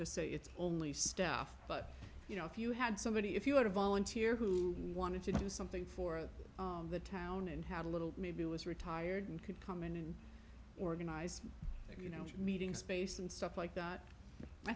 to say it's only staff but you know if you had somebody if you had a volunteer who wanted to do something for the town and had a little maybe it was retired and could come in and organize you know meeting space and stuff like that i